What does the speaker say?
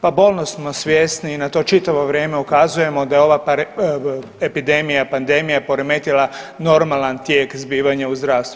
Pa bolno smo svjesni i na to čitavo vrijeme ukazujemo da je ova epidemija pandemije poremetila normalan tijek zbivanja u zdravstvu.